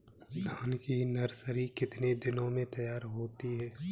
धान की नर्सरी कितने दिनों में तैयार होती है?